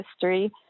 history